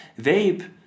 Vape